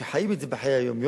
שחיים את זה בחיי היום-יום,